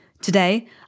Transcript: Today